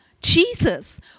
Jesus